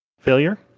Failure